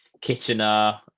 Kitchener